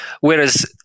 whereas